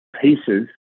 pieces